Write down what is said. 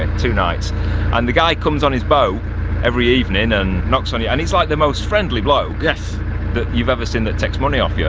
and two nights and the guy comes on his boat every evening and knocks on you and he's like the most friendly bloke that you've ever seen that takes money off you.